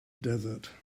desert